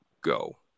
go